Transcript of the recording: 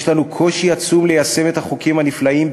יש לנו קושי עצום ליישם את החוקים הנפלאים,